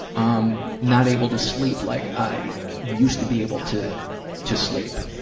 um not able to sleep like i used to be able to to sleep.